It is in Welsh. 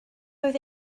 oedd